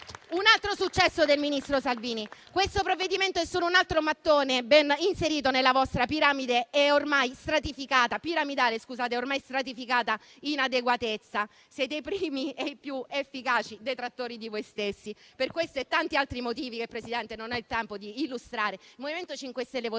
Un altro successo del ministro Salvini. Questo provvedimento è solo un altro mattone, ben inserito nella vostra piramidale e ormai stratificata inadeguatezza. Siete i primi e più efficaci detrattori di voi stessi. Per questo e tanti altri motivi che, signor Presidente, non ho il tempo di illustrare, il MoVimento 5 Stelle voterà